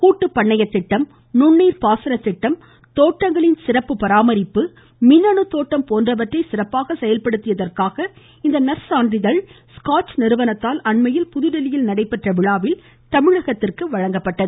கூட்டுப்பண்ணைய திட்டம் நுண்ணீர் பாசனத்திட்டம் தோட்டங்களின் சிறப்பு பராமரிப்பு மின்னணு தோட்டம் போன்றவற்றை சிறப்பாக செயல்படுத்தியதற்காக இந்த நற்சான்றிதழ் ஸ்காட்ச் நிறுவனத்தால் அண்மையில் புதுதில்லியில் நடைபெற்ற விழாவில் வழங்கப்பட்டது